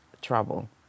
trouble